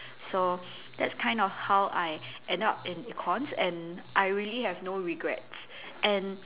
so that's kind of how I ended up in econs and I really have no regrets and